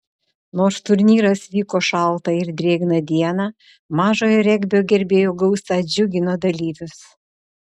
nors turnyras vyko šaltą ir drėgną dieną mažojo regbio gerbėjų gausa džiugino dalyvius